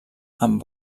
amb